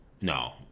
no